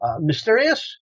mysterious